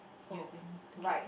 using to kick